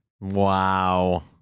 wow